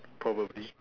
probably